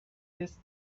this